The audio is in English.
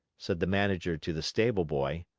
said the manager to the stableboy.